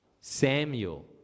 Samuel